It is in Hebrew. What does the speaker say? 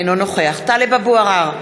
אינו נוכח טלב אבו עראר,